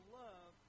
love